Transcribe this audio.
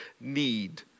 need